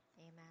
Amen